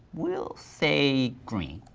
we'll say green,